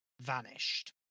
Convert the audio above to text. vanished